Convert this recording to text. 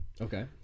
Okay